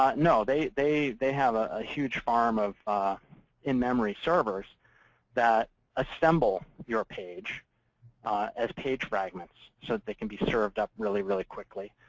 but no. they they have a huge farm of in-memory servers that assemble your page as page fragments so that they can be served up really, really quickly.